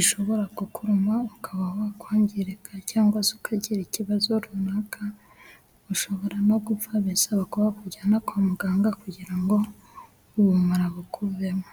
ishobora kukuruma ukaba wakwangirika cyangwa se ukagira ikibazo runaka, ushobora no gupfa bisaba ko bakujyana kwa muganga kugira ngo ubumara bukuvemo.